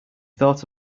thought